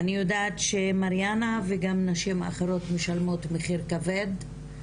אני יודעת שמריאנה וגם נשים אחרות משלמות מחיר כבד,